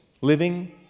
living